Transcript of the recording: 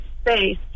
space